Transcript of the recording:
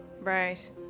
Right